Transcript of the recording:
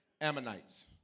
Ammonites